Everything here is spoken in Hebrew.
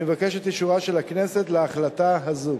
אני מבקש את אישורה של הכנסת להחלטה הזאת.